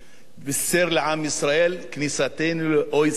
בישר לעם ישראל: כניסתנו ל-OECD.